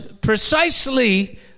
precisely